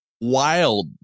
wild